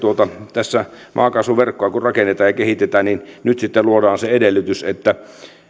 tässä maakaasuverkkoa kun rakennetaan ja kehitetään nyt sitten luodaan se edellytys että